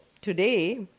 today